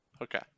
Okay